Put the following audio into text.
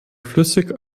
flüssig